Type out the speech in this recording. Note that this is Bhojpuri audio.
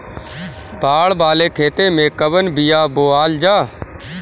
बाड़ वाले खेते मे कवन बिया बोआल जा?